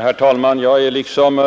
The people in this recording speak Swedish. Herr talman! Jag är liksom